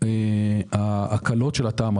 יחולו הקלות התמ"א.